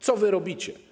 Co wy robicie?